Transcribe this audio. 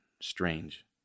strange